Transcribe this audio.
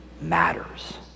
matters